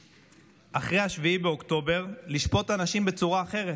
אחרי 7 באוקטובר אפשר לשפוט אנשים בצורה אחרת,